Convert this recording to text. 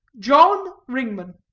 john ringman.